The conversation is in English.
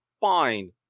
fine